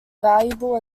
valuable